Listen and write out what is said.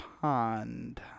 Pond